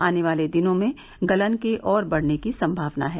आने वाले दिनों में गलन के और बढ़ने की संभावना है